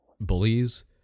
bullies